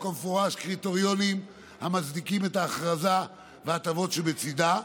במפורש קריטריונים המצדיקים את ההכרזה וההטבות שבצידה,